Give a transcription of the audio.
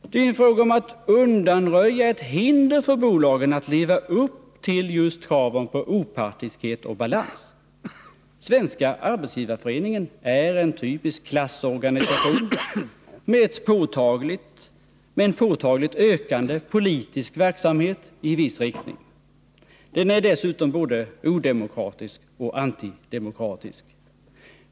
Det är fråga om att undanröja ett hinder för bolagen att leva upp till just kraven på opartiskhet och balans. Svenska arbetsgivareföreningen är en typisk klassorganisation med en påtagligt ökande politisk verksamhet i viss riktning. Den är dessutom både odemokratisk och antidemokratisk.